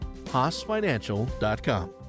haasfinancial.com